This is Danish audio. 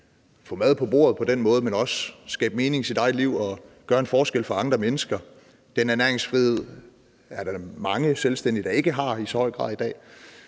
få mad på bordet på den måde, men også skabe mening i sit eget liv og gøre en forskel for andre mennesker. Den næringsfrihed er der mange selvstændige der ikke har i så høj grad i dag.